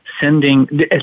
sending